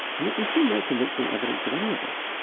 and yet we see no convincing evidence of any of it.